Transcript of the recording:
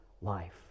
life